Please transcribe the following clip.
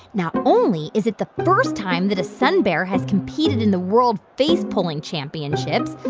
not only is it the first time that a sun bear has competed in the world face pulling championships,